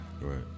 Right